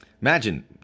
Imagine